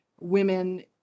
women